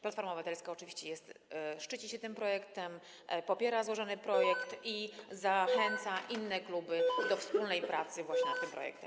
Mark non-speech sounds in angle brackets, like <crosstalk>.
Platforma Obywatelska oczywiście szczyci się tym projektem, popiera złożony projekt i zachęca <noise> inne kluby do wspólnej pracy właśnie nad tym projektem.